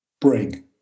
bring